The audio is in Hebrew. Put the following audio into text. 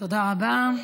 תודה רבה.